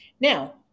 Now